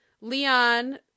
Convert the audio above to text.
Leon